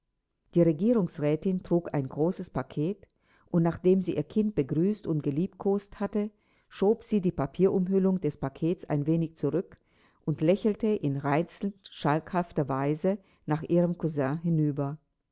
die regierungsrätin trug ein großes paket und nachdem sie ihr kind begrüßt und geliebkost hatte schob sie die papierumhüllung des pakets ein wenig zurück und lächelte in reizend schalkhafter weise nach ihrem kousin hinüber